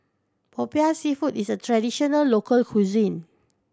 Popiah Seafood is a traditional local cuisine